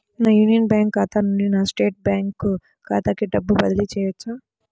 నా Union Bank ఖాతా నుండి నా స్టేట్ బ్యాంకు ఖాతాకి డబ్బు బదిలి చేయవచ్చా?